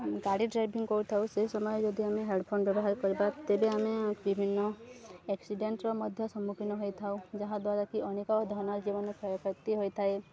ଗାଡ଼ି ଡ୍ରାଇଭିଂ କରୁଥାଉ ସେହି ସମୟରେ ଯଦି ଆମେ ହେଡ଼୍ଫୋନ୍ ବ୍ୟବହାର କରିବା ତେବେ ଆମେ ବିଭିନ୍ନ ଏକ୍ସିଡେଣ୍ଟର ମଧ୍ୟ ସମ୍ମୁଖୀନ ହୋଇଥାଉ ଯାହାଦ୍ୱାରା କି ଅନେକ ଧନ ଜୀବନ କ୍ଷୟକ୍ଷତି ହୋଇଥାଏ